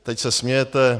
Teď se smějete.